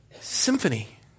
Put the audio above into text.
symphony